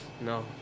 No